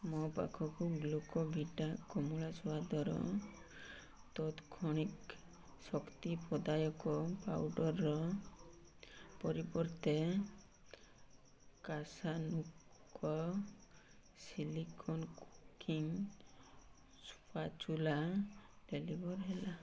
ମୋ ପାଖକୁ ଗ୍ଲୁକୋଭିଟା କମଳା ସ୍ୱାଦର ତତ୍କ୍ଷଣିକ ଶକ୍ତି ପ୍ରଦାୟକ ପାଉଡ଼ର୍ର ପରିବର୍ତ୍ତେ କାସାନୁକ ସିଲିକନ୍ କୁକିଂ ସ୍ପାଚୁଲା ଡ଼େଲିଭର୍ ହେଲା